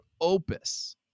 opus